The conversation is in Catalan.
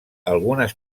algunes